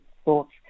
sports